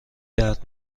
درد